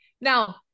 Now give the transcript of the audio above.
Now